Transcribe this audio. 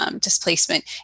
displacement